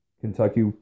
Kentucky